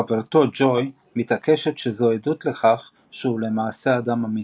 חברתו ג'וי מתעקשת שזו עדות לכך שהוא למעשה אדם אמיתי.